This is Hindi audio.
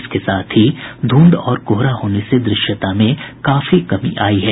इसके साथ ही ध्रंध और कोहरा होने से द्रश्यता में काफी कमी आई है